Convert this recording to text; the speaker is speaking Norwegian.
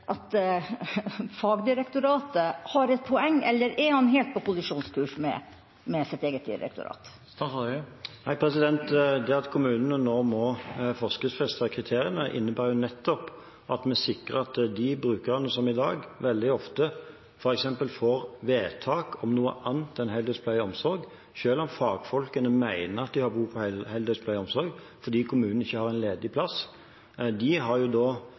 at fagdirektoratet har et poeng, eller er han helt på kollisjonskurs med sitt eget direktorat? Det at kommunene nå må forskriftsfeste kriteriene, innebærer nettopp at vi sikrer brukerne som i dag veldig ofte f.eks. får vedtak om noe annet enn heldøgns pleie og omsorg fordi kommunen ikke har en ledig plass – selv om fagfolkene mener at de har behov for heldøgns pleie og omsorg. De får altså da